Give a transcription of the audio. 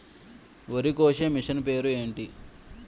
వరి కోసే మిషన్ పేరు ఏంటి